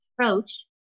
approach